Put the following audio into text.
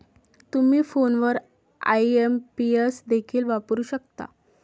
तुम्ही फोनवर आई.एम.पी.एस देखील वापरू शकता